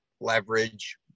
leverage